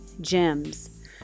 gems